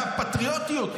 פטריוטיות.